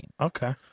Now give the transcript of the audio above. Okay